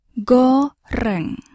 goreng